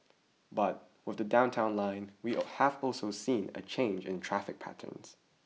but with the Downtown Line we all have also seen a change in traffic patterns